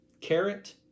Carrot